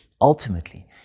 ultimately